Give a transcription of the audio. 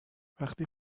وقتی